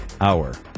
hour